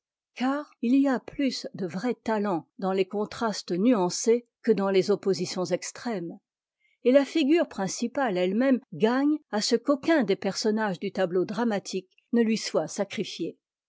car il y a plus de vrai taient dans les contrastes nuancés que dans les oppositions extrêmes et la figure principale e e même gagne à ce qu'aucun des personnages du tableau dramatique ne lui soit saeribé